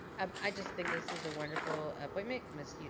um i just think this is a wonderful appointment. ms.